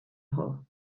nhw